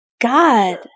God